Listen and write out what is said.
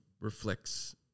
reflects